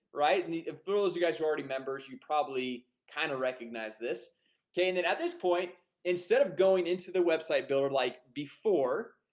right and the rule is you guys are already members. you probably kind of recognize this okay, and then at this point instead of going into the website builder like before?